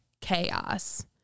chaos